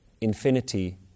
Infinity